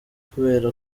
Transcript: kubera